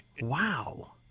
Wow